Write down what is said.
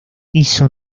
hizo